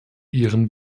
ihren